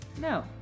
No